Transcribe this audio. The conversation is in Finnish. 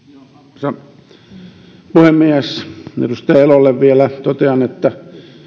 arvoisa puhemies edustaja elolle vielä totean että